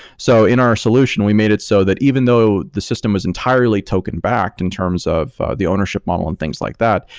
so in our solution, we made it so that even though the system was entirely token-backed in terms of the ownership model and things like that,